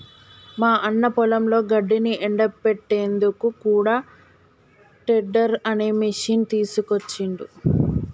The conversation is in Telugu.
మా అన్న పొలంలో గడ్డిని ఎండపెట్టేందుకు కూడా టెడ్డర్ అనే మిషిని తీసుకొచ్చిండ్రు